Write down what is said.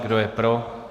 Kdo je pro?